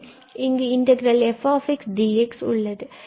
இங்கு உள்ளது fdx